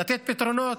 לתת פתרונות.